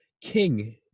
king